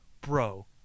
Bro